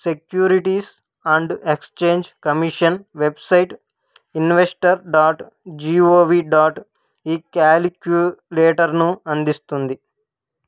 securities and exchange commission website investor dot gov dot ఈ కాలిక్యులేటర్ను అందిస్తుంది